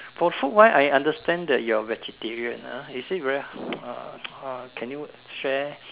for food wise I understand that you're vegetarian ah is it very ah can you share